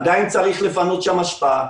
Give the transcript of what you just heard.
עדיין צריך לפנות שם אשפה,